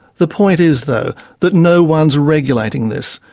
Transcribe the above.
the point is though that no-one's regulating this.